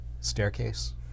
staircase